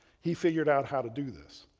he figured out how to do this.